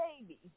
Baby